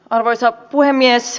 arvoisa puhemies